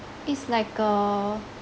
it's like a